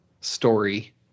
Story